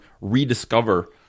rediscover